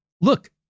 look